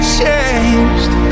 changed